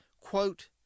quote